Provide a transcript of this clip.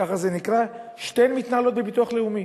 ככה זה נקרא, שתיהן מתנהלות בביטוח לאומי.